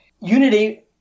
unity